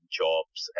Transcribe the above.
jobs